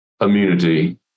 immunity